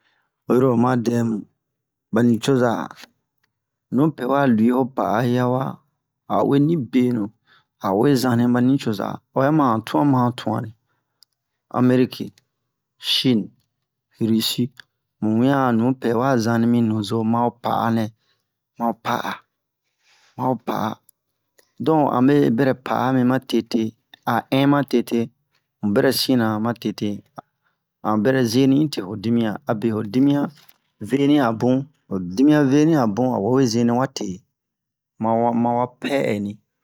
Oyi ro oma dɛmu ba nicoza nupɛ wa luwi ho pa'a hiya wa a'o we ni benu awe zani ba nicoza o bɛ ma han tuwan ma han tuwan re ameriki shini risi mu wiyan a nupɛ wa zani mi nuzo ma ho pa'a nɛ ma'o pa'a ma'o pa'a don ame bɛrɛ pa'a mi ma tete a in ma tete mu bɛrɛ sin na ma tete an bɛrɛ zeni un te ho dimiyan abe ho dimiyan veni a bun ho dimiyan veni a bun a wawe zeni wa te ma wa ma wa pɛ'ɛni